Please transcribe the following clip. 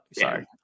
sorry